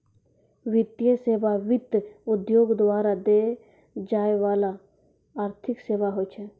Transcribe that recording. वित्तीय सेवा, वित्त उद्योग द्वारा दै जाय बाला आर्थिक सेबा होय छै